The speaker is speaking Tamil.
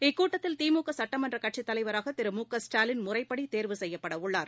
இக்கூட்டத்தில் திமுக சுட்டமன்ற கட்சித் தலைவராக திரு மு க ஸ்டாலின் முறைப்படி தேர்வு செய்யப்பட உள்ளார்